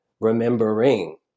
remembering